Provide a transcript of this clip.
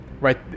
right